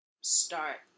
start